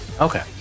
Okay